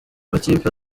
amakipe